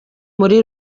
muri